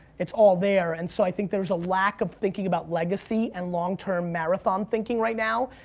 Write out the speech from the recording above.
it's all there. and so i think there's a lack of thinking about legacy and long-term marathon thinking right now,